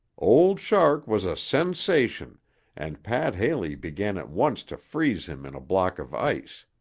old shark was a sensation and pat haley began at once to freeze him in a block of ice.